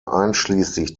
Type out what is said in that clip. einschließlich